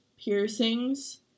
piercings